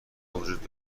وجود